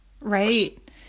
Right